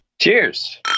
Cheers